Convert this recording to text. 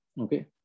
Okay